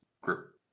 group